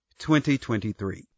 2023